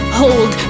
hold